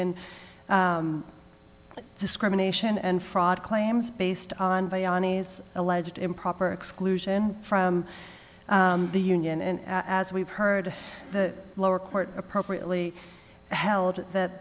in discrimination and fraud claims based on alleged improper exclusion from the union and as we've heard the lower court appropriately held that